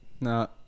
No